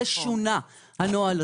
הנוהל הזה שונה בפועל.